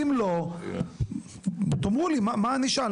אם לא, תאמרו לי מה הענישה.